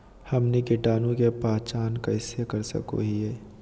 हमनी कीटाणु के पहचान कइसे कर सको हीयइ?